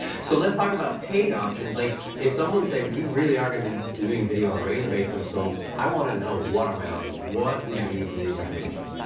so let's talk about paid options like if someone say we really are gonna be doing video on a regular basis, so i want to know what are my options, what would be the recommendation?